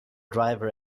driver